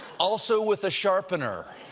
also with a sharpener.